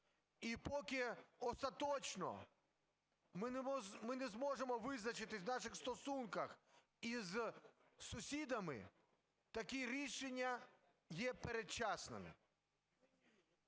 і поки остаточно ми не зможемо визначитись в наших стосунках із сусідами, такі рішення є передчасними.